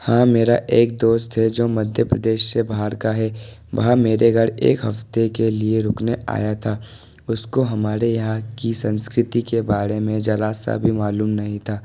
हाँ मेरा एक दोस्त है जो मध्य प्रदेश से बाहर का है वह मेरे घर एक हफ्ते के लिए रुकने आया था उसको हमारे यहाँ की संस्कृति के बारे में जरा सा भी मालूम नहीं था